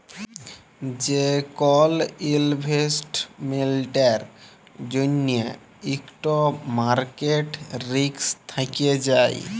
যে কল ইলভেস্টমেল্টের জ্যনহে ইকট মার্কেট রিস্ক থ্যাকে যায়